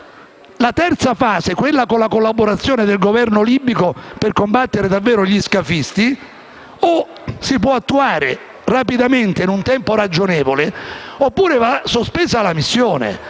alla fase 3, quella con la collaborazione del Governo libico per combattere davvero gli scafisti, o si può attuare rapidamente in un tempo ragionevole, oppure va sospesa la missione.